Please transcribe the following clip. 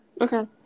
Okay